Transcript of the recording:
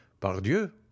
Pardieu